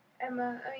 Emma